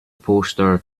poster